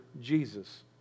Jesus